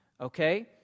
Okay